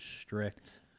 strict